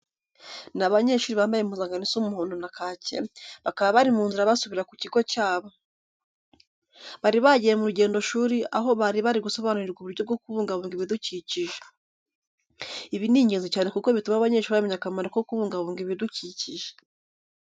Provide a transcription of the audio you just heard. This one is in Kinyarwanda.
Ni abanyeshuri bambaye impuzankano isa umuhondo na kake, bakaba bari mu nzira basubira ku kigo cyabo. Bari bagiye mu rugendoshuri aho bari bari gusobanurirwa uburyo bwo kubungabunga ibidukikije. Ibi ni ingenzi cyane kuko bituma abanyeshuri bamenya akamaro ko kubungabunga ibidukikije.